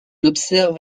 observe